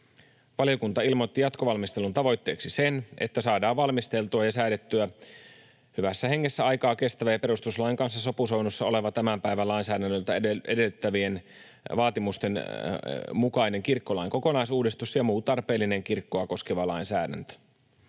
Valiokunta ilmoitti jatkovalmistelun tavoitteeksi sen, että saadaan valmisteltua ja säädettyä hyvässä hengessä aikaa kestävä ja perustuslain kanssa sopusoinnussa oleva tämän päivän lainsäädännöltä edellytettävien vaatimusten mukainen kirkkolain kokonaisuudistus ja muu tarpeellinen kirkkoa koskeva lainsäädäntö.